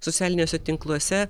socialiniuose tinkluose